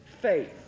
faith